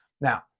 Now